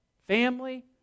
family